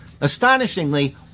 Astonishingly